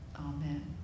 Amen